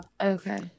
okay